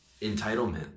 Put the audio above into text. entitlement